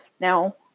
now